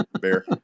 Bear